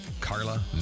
Carla